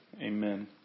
amen